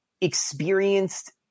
experienced